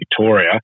Victoria